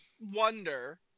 wonder